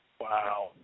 Wow